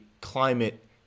climate